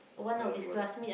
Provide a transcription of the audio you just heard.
I don't about that